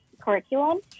curriculum